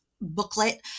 booklet